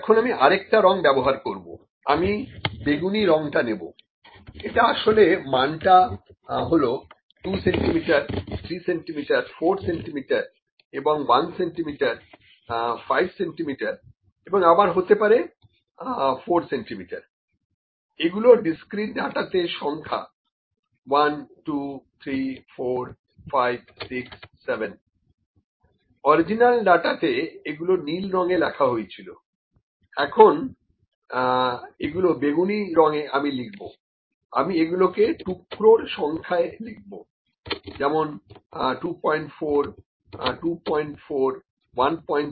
এখন আমি আরেকটা রং ব্যবহার করবো আমি বেগুনি রংটা নেবো এটা আসলে মানটা হলো 2 সেন্টিমিটার 3 সেন্টিমিটার 4 সেন্টিমিটার এবং 1 সেন্টিমিটার 5 সেন্টিমিটার এবং আবার হাতে পারে 4 সেন্টিমিটার এগুলো ডিসক্রিট ডাটাতে সংখ্যা 123456 7 অরিজিনাল ডাটাতে এগুলো নীল রঙে লেখা হয়েছিল এখন এগুলো বেগুনি রঙে আমি লিখবো আমি এগুলোকে টুকরোর সংখ্যায় লিখবো যেমন 242413এবং 3